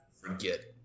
Forget